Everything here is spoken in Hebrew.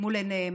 מול עיניהם.